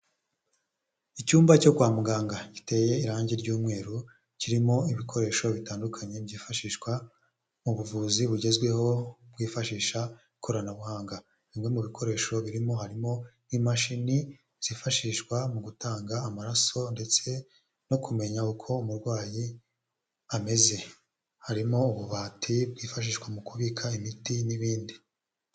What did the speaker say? Icyumba cyo kwa muganga giteye irangi ry'umweru kirimo ibikoresho bitandukanye byifashishwa mu buvuzi bugezweho bwifashisha ikoranabuhanga, bimwe mu bikoresho birimo harimo nk'imashini zifashishwa mu gutanga amaraso ndetse no kumenya uko umurwayi ameze, harimo ububati bwifashishwa mu kubika imiti n'ibindi.